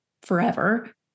forever